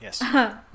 Yes